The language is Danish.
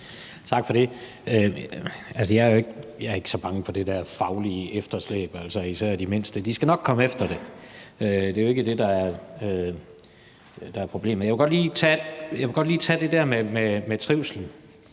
Tak for det. Jeg er ikke så bange for det der faglige efterslæb. Især de mindste skal nok komme efter det. Det er jo ikke det, der er problemet. Jeg vil godt lige tage det der med trivslen